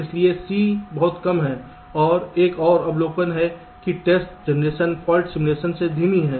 इसलिए c बहुत कम है और एक और अवलोकन है कि टेस्ट जनरेशन फॉल्ट सिमुलेशन से धीमी है